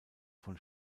von